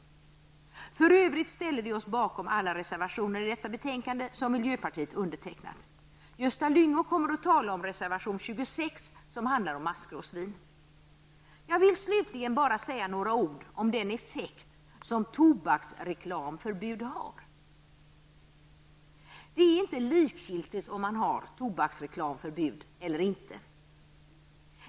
För övrigt ställer vi oss bakom alla reservationer i detta betänkande där miljöpartiet finns med. Gösta Lyngå kommer att tala om reservation 26 Jag vill slutligen bara säga några ord om den effekt som tobaksreklamförbud har. Det är inte likgiltigt om man har tobaksreklamförbud eller inte.